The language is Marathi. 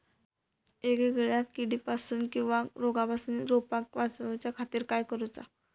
वेगवेगल्या किडीपासून किवा रोगापासून रोपाक वाचउच्या खातीर काय करूचा?